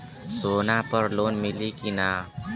सोना पर लोन मिली की ना?